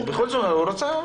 בכל זאת, הוא רצה.